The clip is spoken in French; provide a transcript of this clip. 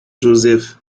joseph